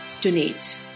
donate